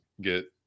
get